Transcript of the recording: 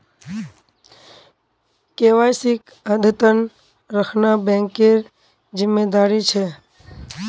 केवाईसीक अद्यतन रखना बैंकेर जिम्मेदारी छे